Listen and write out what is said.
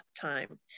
time